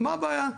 מה הבעיה.